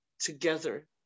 together